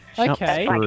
Okay